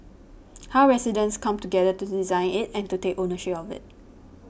how residents come together to design it and to take ownership of it